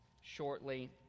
shortly